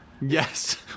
Yes